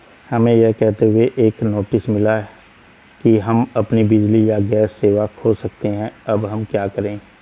हमें यह कहते हुए एक नोटिस मिला कि हम अपनी बिजली या गैस सेवा खो सकते हैं अब हम क्या करें?